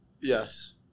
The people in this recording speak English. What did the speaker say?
Yes